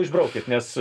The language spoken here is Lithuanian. išbraukit nes